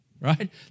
right